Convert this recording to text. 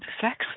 sex